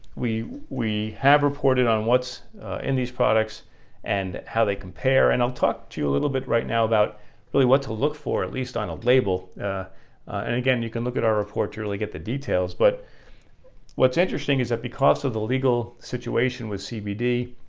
we we have reported on what's in these products and how they compare and i'll talk to you a little bit right now about really what to look for at least on a label and again you can look at our report to really get the details, but what's interesting is that because of the legal situation with cbd